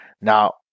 Now